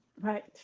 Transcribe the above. right